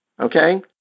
Okay